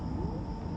mm